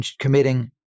committing